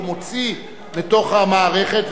הוא מוציא מתוך המערכת,